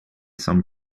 some